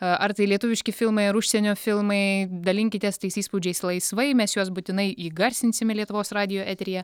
ar tai lietuviški filmai ar užsienio filmai dalinkitės tais įspūdžiais laisvai mes juos būtinai įgarsinsime lietuvos radijo eteryje